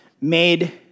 made